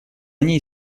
ней